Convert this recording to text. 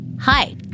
Hi